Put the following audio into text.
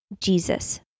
jesus